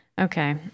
Okay